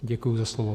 Děkuji za slovo.